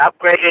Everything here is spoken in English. upgraded